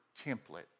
template